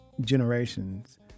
generations